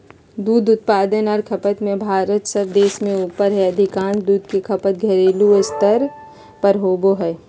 दूध उत्पादन आर खपत में भारत सब देश से ऊपर हई अधिकांश दूध के खपत घरेलू स्तर पर होवई हई